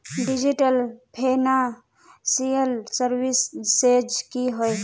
Digital financial services की होय?